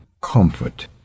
comfort